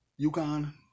UConn